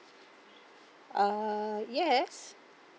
uh yes